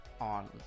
on